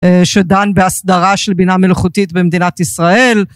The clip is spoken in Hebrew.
שדן בהסדרה של בינה מלאכותית במדינת ישראל